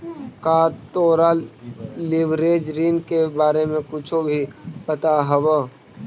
का तोरा लिवरेज ऋण के बारे में कुछो भी पता हवऽ?